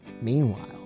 Meanwhile